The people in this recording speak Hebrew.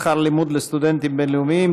שכר לימוד לסטודנטים בין-לאומיים),